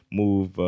move